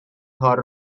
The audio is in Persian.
کار